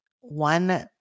one